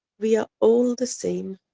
we are all the same,